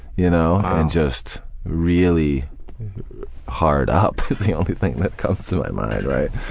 you know and just really hard-up is the only thing that comes to my mind.